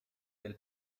del